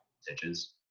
stitches